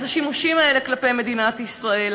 אז השימושים האלה כלפי מדינת ישראל,